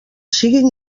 siguin